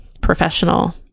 professional